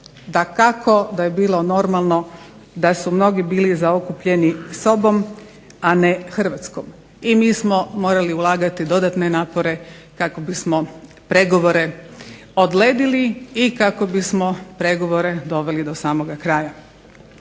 Dakako da je bilo normalno da su mnogi bili zaokupljeni sobom a ne Hrvatskom i mi smo morali ulagati dodatne napore kako bismo pregovore odledili i kako bismo pregovore doveli do samoga kraja.